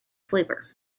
flavor